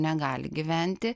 negali gyventi